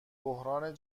بحران